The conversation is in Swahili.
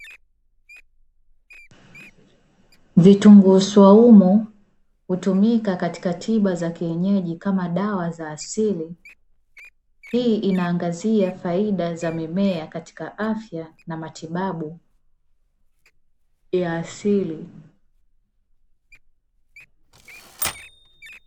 Vitunguu swaumu hutumika katika tiba za kienyeji kama dawa za asili hii inaangazia faida za mimea katika afya na matibabu ya asili.